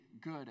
good